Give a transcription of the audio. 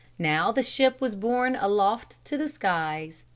now the ship was borne aloft to the skies,